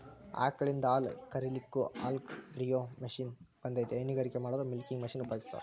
ಆಕಳಿಂದ ಹಾಲ್ ಕರಿಲಿಕ್ಕೂ ಹಾಲ್ಕ ರಿಯೋ ಮಷೇನ್ ಬಂದೇತಿ ಹೈನಗಾರಿಕೆ ಮಾಡೋರು ಮಿಲ್ಕಿಂಗ್ ಮಷೇನ್ ಉಪಯೋಗಸ್ತಾರ